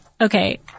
okay